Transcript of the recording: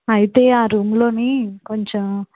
అయితే ఆ రూమ్లోని కొంచం